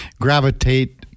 gravitate